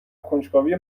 کنجکاوی